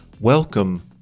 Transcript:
Welcome